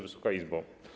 Wysoka Izbo!